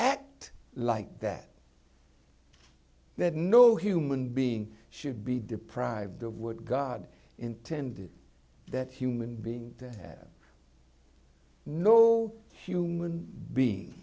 act like that that no human being should be deprived of what god intended that human being to have no human being